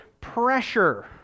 pressure